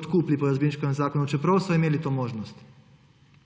odkupili po Jazbinškovem zakonu, čeprav so imeli to možnost.